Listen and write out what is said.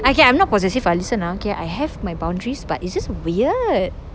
okay I'm not possessive ah listen ah okay I have my boundaries but it's just weird